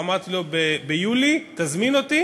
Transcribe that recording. אמרתי לו: ביולי תזמין אותי